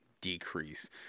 decrease